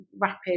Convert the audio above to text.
rapid